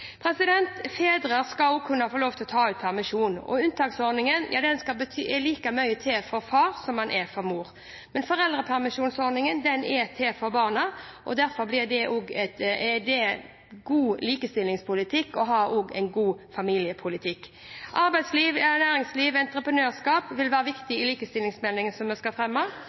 Fedre skal også kunne få lov til å ta ut permisjon, og unntaksordningen er like mye til for far som den er til for mor. Men foreldrepermisjonsordningen er til for barna, og derfor er det god likestillingspolitikk også å ha en god familiepolitikk. Arbeidsliv, næringsliv og entreprenørskap vil være viktig i likestillingsmeldingen som vi skal fremme,